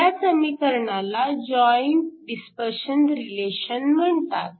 ह्या समीकरणाला joint dispersion relation म्हणतात